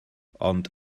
ond